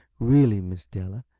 really, miss della,